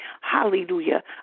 Hallelujah